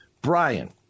Brian